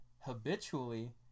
habitually